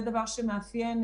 נאמר לו שאי אפשר.